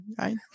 right